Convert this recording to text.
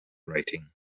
rating